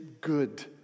good